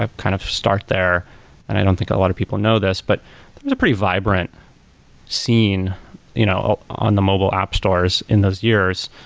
ah kind of start there and i don't think a lot of people know this, but it's a pretty vibrant scene you know on the mobile app stores in those years,